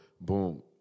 boom